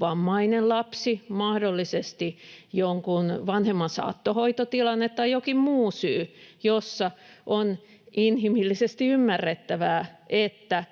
vammainen lapsi, mahdollisesti jonkun vanhemman saattohoitotilanne tai jokin muu syy, jossa on inhimillisesti ymmärrettävää, että